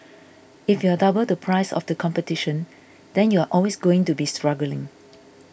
if you are double the price of the competition then you are always going to be struggling